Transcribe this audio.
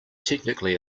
technically